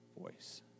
voice